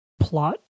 plot